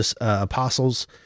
apostles